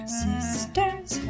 sisters